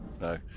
no